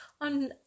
on